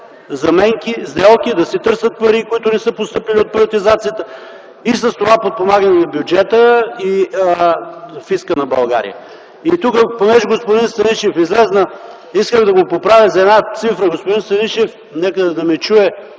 заменки, сделки, да се търсят пари, които не са постъпили от приватизацията, и с това подпомагане на бюджета и фиска на България. Понеже господин Станишев излезе, исках да го поправя за една цифра. Господин Станишев, нека да ме чуе,